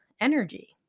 energy